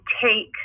take